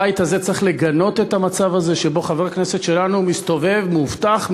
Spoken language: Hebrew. הבית הזה צריך לגנות את המצב הזה שבו חבר כנסת שלנו מסתובב מאובטח,